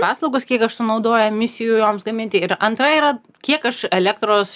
paslaugas kiek aš sunaudoju emisijų joms gaminti ir antra yra kiek aš elektros